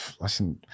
Listen